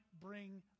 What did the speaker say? bring